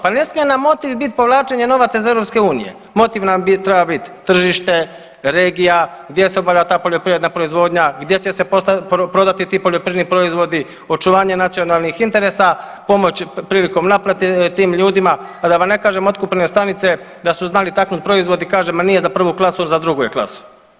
Pa ne smije nam motiv biti povlačenje novaca iz EU, motiv bi nam trebao biti tržište, regija, gdje se obavlja ta poljoprivredna proizvodnja, gdje će se prodati ti poljoprivredni proizvodi, očuvanje nacionalnih interesa, pomoći prilikom naplate tim ljudima a da vam ne kažem otkupne stanice da su znali takvi proizvodi kaže ma nije za prvu klasu, za drugu je klasu.